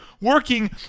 working